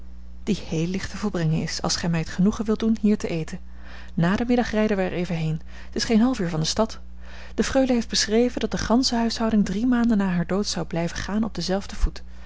die heel licht te volbrengen is als gij mij het genoegen wilt doen hier te eten na den middag rijden wij er even heen t is geen half uur van de stad de freule heeft beschreven dat de gansche huishouding drie maanden na haar dood zou blijven gaan op denzelfden voet